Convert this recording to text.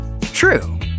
True